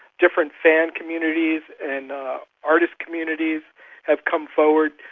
different fan communities and artist communities have come forward.